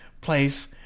place